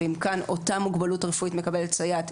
ואם כאן אותה מוגבלות רפואית מקבלת סייעת,